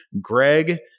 Greg